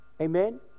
Amen